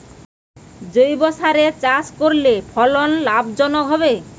জৈবসারে চাষ করলে ফলন লাভজনক হবে?